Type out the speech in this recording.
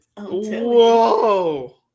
Whoa